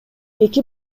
эки